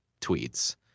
tweets